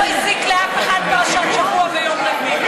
עוד לא הזיק לאף אחד פרשת השבוע ביום רביעי.